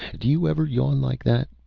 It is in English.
do you ever yawn like that.